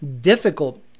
difficult